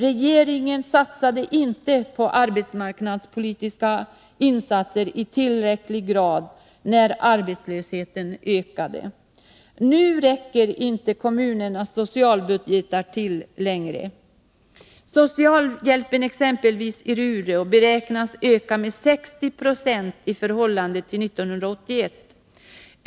Regeringen satsade inte på arbetsmarknadspolitiska insatser i tillräcklig grad när arbetslösheten ökade. Nu räcker inte kommunernas socialbudgetar till längre. Socialhjälpen exempelvis i Luleå beräknas öka med 60 70 i förhållande till 1981.